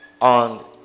on